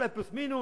אולי פלוס מינוס,